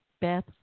Beth